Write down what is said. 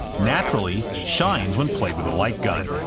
naturally shines when played with a light gun